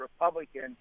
Republican